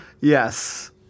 Yes